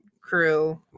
crew